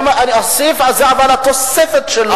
הסעיף הזה, אבל התוספת שלו.